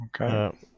Okay